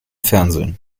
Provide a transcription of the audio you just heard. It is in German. fernsehen